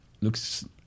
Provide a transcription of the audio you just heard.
Looks